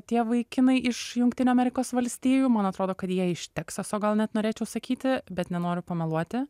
tie vaikinai iš jungtinių amerikos valstijų man atrodo kad jie iš teksaso gal net norėčiau sakyti bet nenoriu pameluoti